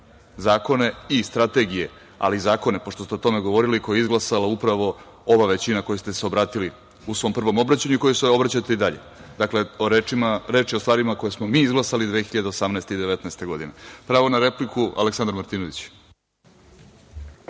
zakone i strategije, ali zakone pošto ste o tome govorili, koji je izglasala upravo ova većina kojoj ste se obratili u svom prvom obraćanju, kojoj se obraćate i dalje. Dakle, reč je o stvarima koje smo mi izglasali 2018. i 2019. godine. Pravo na repliku, Aleksandar Martinović.